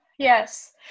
Yes